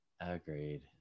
agreed